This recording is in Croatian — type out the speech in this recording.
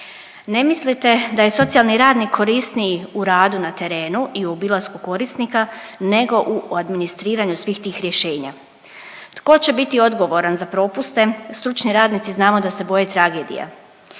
Ne mislite da je socijalni radnik korisniji u radu na terenu i u obilasku korisnika nego u administriraju svih tih rješenja? Tko će biti odgovoran za propuste? Stručni radnici znamo da se boje tragedija.